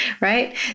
Right